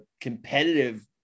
competitive